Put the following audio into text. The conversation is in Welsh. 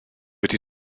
wedi